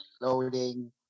loading